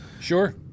Sure